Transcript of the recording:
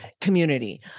community